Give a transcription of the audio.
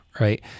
right